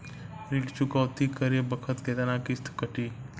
ऋण चुकौती करे बखत केतना किस्त कटी?